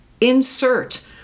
insert